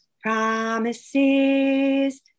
Promises